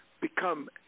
become